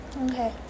Okay